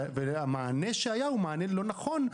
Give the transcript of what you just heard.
המענה שהיה הוא מענה לא נכון,